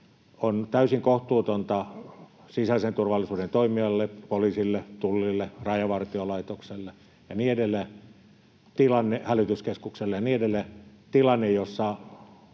on täysin kohtuutonta sisäisen turvallisuuden toimijalle — poliisille, Tullille, Rajavartiolaitokselle, hälytyskeskukselle ja niin edelleen — tilanne, jossa